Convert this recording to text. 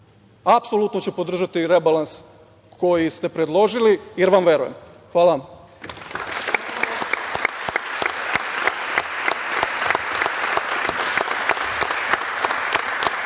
apsolutno ću podržati rebalans koji ste predložili, jer vam verujem. Hvala